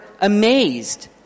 amazed